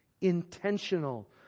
intentional